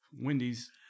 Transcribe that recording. Wendy's